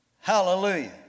Hallelujah